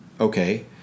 Okay